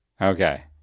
Okay